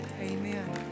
Amen